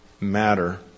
matter